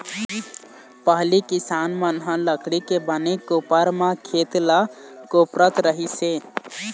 पहिली किसान मन ह लकड़ी के बने कोपर म खेत ल कोपरत रहिस हे